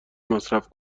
مصرف